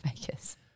Vegas